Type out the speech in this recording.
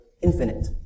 infinite